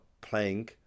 playing